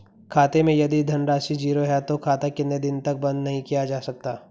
खाते मैं यदि धन राशि ज़ीरो है तो खाता कितने दिन तक बंद नहीं किया जा सकता?